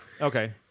Okay